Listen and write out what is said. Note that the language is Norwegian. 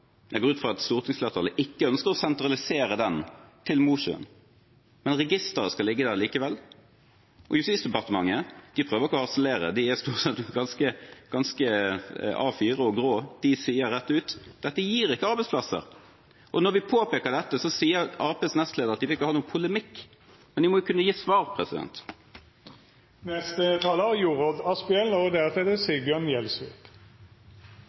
Jeg går ut fra at stortingsflertallet ikke ønsker å sentralisere den til Mosjøen. Men registeret skal ligge der likevel. Og Justisdepartementet prøver ikke å harselere, de er stort sett ganske A4 og grå. De sier rett ut: Dette gir ikke arbeidsplasser. Når vi påpeker dette, sier Arbeiderpartiets nestleder at de ikke vil ha noen polemikk. Men de må jo kunne gi et svar. I motsetning til i mange andre land er tilliten til politiet i Norge veldig høy. Det